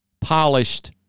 polished